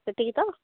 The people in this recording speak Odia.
ସେତିକି ତ